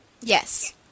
Yes